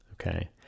okay